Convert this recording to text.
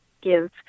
give